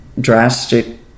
drastic